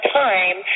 time